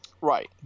Right